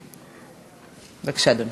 היושבת-ראש,